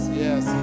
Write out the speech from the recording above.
yes